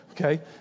Okay